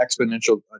exponential